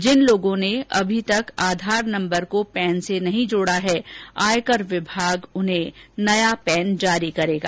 जिन लोगों ने अभी तक आधार नंबर को पैन से नहीं जोड़ा है आयकर विभाग उन्हें नया पैन जारी करेगा